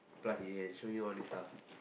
plus he can show you all this stuff